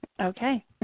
okay